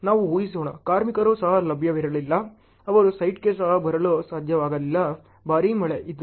ನಾವು ಊಹಿಸೋಣ ಕಾರ್ಮಿಕರು ಸಹ ಲಭ್ಯವಿರಲಿಲ್ಲ ಅವರು ಸೈಟ್ಗೆ ಸಹ ಬರಲು ಸಾಧ್ಯವಾಗಲಿಲ್ಲ ಭಾರಿ ಮಳೆ ಇದು